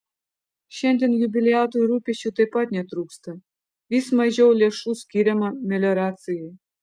šiandien jubiliatui rūpesčių taip pat netrūksta vis mažiau lėšų skiriama melioracijai